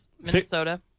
Minnesota